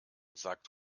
sagt